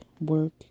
work